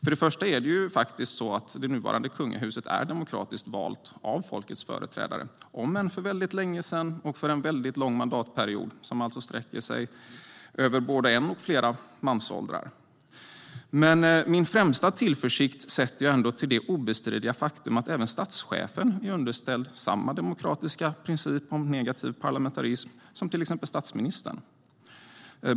Först och främst är faktiskt det nuvarande kungahuset demokratiskt valt av folkets företrädare, om än för väldigt länge sedan och för en väldigt lång mandatperiod som sträcker sig över både en och flera mansåldrar. Men det jag främst sätter min tillförsikt till är det obestridliga faktum att även statschefen är underställd samma demokratiska princip om negativ parlamentarism som till exempel statsministern.